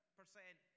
percent